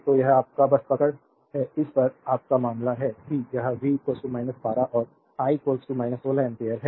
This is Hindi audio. तो यह आपका बस पकड़ है इस पर आपका मामला है c यह V 12 और I 16 एम्पीयर है